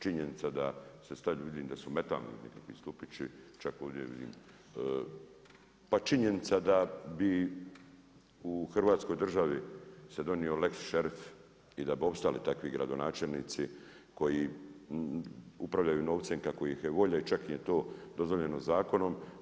Činjenica da … vidim da su metalni nekakvi stupići, čak ovdje vidim pa činjenica da bi u Hrvatskoj državi se donio lex šerif i da bi opstali takvi gradonačelnici koji upravljaju novcem kako ih je volja i čak im je to dozvoljeno zakonom.